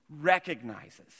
recognizes